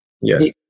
Yes